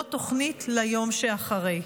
התשפ"ד 2024, שהחזירה ועדת העבודה והרווחה.